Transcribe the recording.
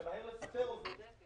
למהר לפטר עובדים.